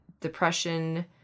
depression